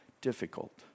difficult